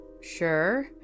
sure